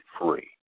free